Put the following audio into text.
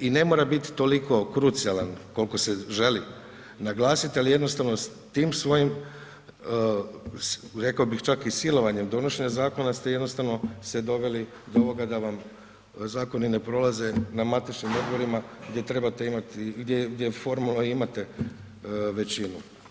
i ne mora biti toliko krucijalan koliko se želi naglasiti, ali jednostavno tim svojim rekao bi čak i silovanjem donošenja zakona ste jednostavno se doveli do ovoga da vam zakoni ne prolaze na matičnim odborima gdje formalno imate većinu.